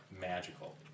magical